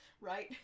right